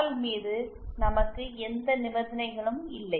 L மீது நமக்கு எந்த நிபந்தனைகளும் இல்லை